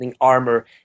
armor